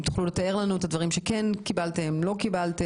אם תוכלו לתאר לנו את הדברים שכן קיבלתם או לא קיבלתם.